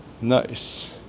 Nice